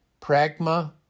Pragma